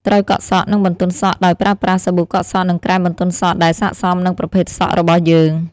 ត្រូវកក់សក់ និងបន្ទន់សក់ដោយប្រើប្រាស់សាប៊ូកក់សក់ និងក្រែមបន្ទន់សក់ដែលសាកសមនឹងប្រភេទសក់របស់យើង ។